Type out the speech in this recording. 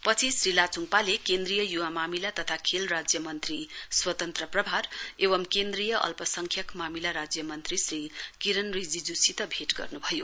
पछि श्री लाचुङपाले केन्द्रीय युवा मामिला तथा खेल राज्य मन्त्री स्वतन्त्र प्रभार एंव केन्द्रीय अलपसंख्यक मामिला राज्य मन्त्री श्री किरेन रिजिजूसित भेट गर्नु भयो